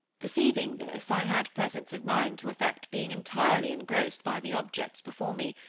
perceiving this, i had presence of mind to affect being entirely engrossed by the objects before me,